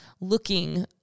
looking